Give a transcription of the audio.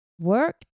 work